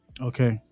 Okay